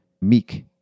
meek